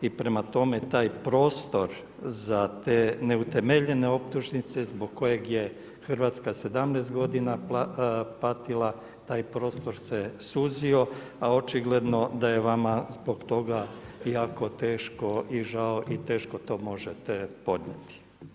I prema tome taj prostor za te neutemeljene optužnice zbog kojeg je Hrvatska 17 godina patila, taj prostor se suzio a očigledno da je vama zbog toga jako teško i žao i teško to možete podnijeti.